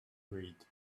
read